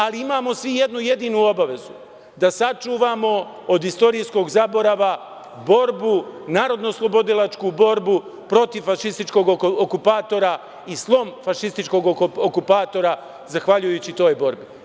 Ali, imamo svi jednu jedinu obavezu, da sačuvamo od istorijskog zaborava borbu, narodnooslobodilačku borbu protiv fašističkog okupatora i slom fašističkog okupatora zahvaljujući toj borbi.